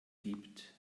gibt